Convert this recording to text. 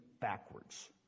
backwards